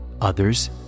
Others